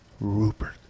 Rupert